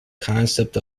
concept